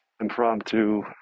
impromptu